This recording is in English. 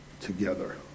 together